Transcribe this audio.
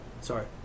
Sorry